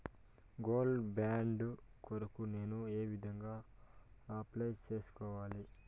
Gold bond కొరకు నేను ఏ విధంగా అప్లై సేసుకోవాలి?